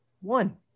One